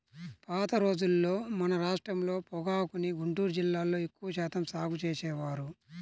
పాత రోజుల్లో మన రాష్ట్రంలో పొగాకుని గుంటూరు జిల్లాలో ఎక్కువ శాతం సాగు చేసేవారు